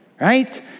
Right